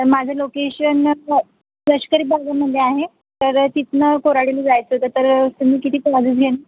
तर माझं लोकेशन लष्करी बागेमध्ये आहे तर तिथनं कोराडीला जायचं होतं तर तुम्ही किती चार्जेस घेणार